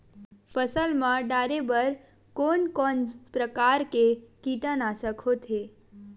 फसल मा डारेबर कोन कौन प्रकार के कीटनाशक होथे?